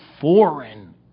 foreign